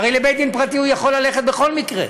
הרי לבית-דין פרטי הוא יכול ללכת בכל מקרה,